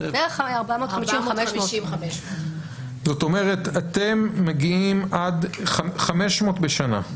בערך 500-450. זאת אומרת אתם מגיעים 500 בשנה?